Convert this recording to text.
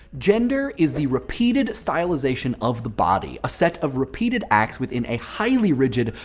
gender is the repeated stylization of the body, a set of repeated acts within a highly rigid,